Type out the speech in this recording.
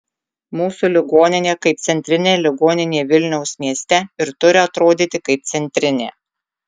mūsų ligoninė kaip centrinė ligoninė vilniaus mieste ir turi atrodyti kaip centrinė